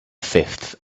fifth